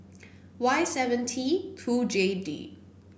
Y seven T two J D